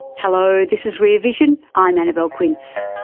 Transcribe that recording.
hello, this is rear vision, i'm annabelle quince.